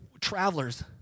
travelers